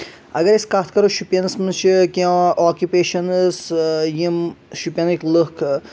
اگر أسۍ کتھ کرو شُپینس منٛز چھ کیٚنٛہہ آکِپیشنس یِم شُپینٕکۍ لُکھ